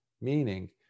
meaning